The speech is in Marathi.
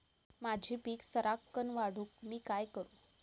माझी पीक सराक्कन वाढूक मी काय करू?